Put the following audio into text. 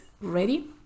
ready